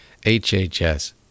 HHS